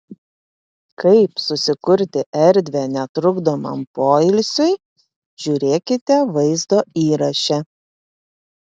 kaip susikurti erdvę netrukdomam poilsiui žiūrėkite vaizdo įraše